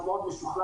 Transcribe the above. שהוא מאוד משוכלל,